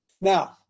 Now